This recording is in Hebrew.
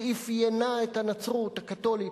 שאפיינה את הנצרות הקתולית,